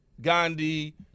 Gandhi